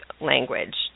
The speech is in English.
language